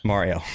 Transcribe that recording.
Mario